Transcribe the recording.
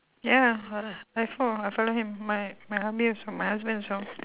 ya I I fo~ I follow him my my hubby also my husband also